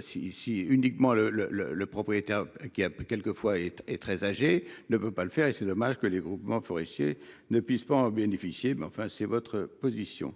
Si ici uniquement le le le le propriétaire qui a quelques fois très âgés ne peut pas le faire et c'est dommage que les groupements forestiers ne puisse pas en bénéficier mais enfin c'est votre position.